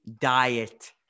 diet